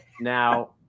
Now